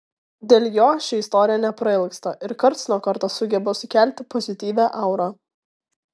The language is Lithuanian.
dėl jo ši istorija neprailgsta ir karts nuo karto sugeba sukelti pozityvią aurą